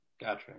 Gotcha